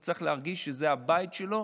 הוא צריך להרגיש שזה הבית שלו